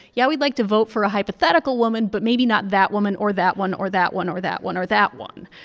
yeah, we'd like to vote for a hypothetical woman but maybe not that woman or that one or that one or that one or that one.